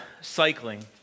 cycling